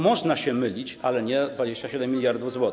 Można się mylić, ale nie o 27 mld zł.